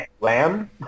Lamb